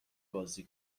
بازی